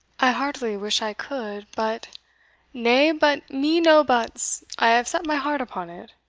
i heartily wish i could, but nay, but me no buts i have set my heart upon it.